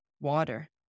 Water